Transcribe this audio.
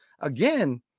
again